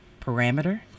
parameter